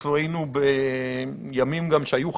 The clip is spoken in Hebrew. אנחנו היינו בימים שגם היו חמישה,